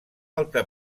alta